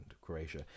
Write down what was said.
Croatia